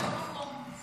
העונשין